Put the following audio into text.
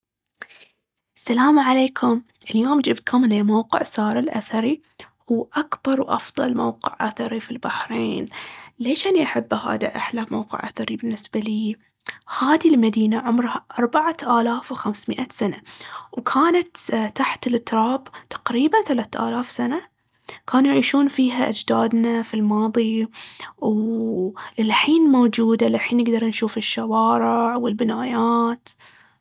السلام عليكم. اليوم جبتكم لي موقع سار الأثري. هو أكبر وأفضل موقع أثري في البحرين. ليش أني أحبه هذا أحلى موقع أثري بالنسبة لي؟ هاذي المدينة عمرها أربعة آلاف وخمس مئة سنة، وكانت تحت التراب تقريباً ثلاثة آلاف سنة. كانوا يعيشون فيها أجدادنا في الماضي، وللحين موجودة، للحين نقدر نشوف الشوارع والبنايات.